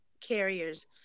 carriers